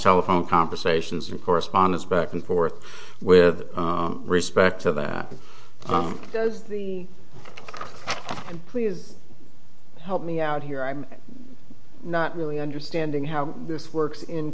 telephone conversations and correspondence back and forth with respect to that does the please help me out here i'm not really understanding how this works in